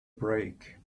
break